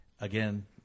Again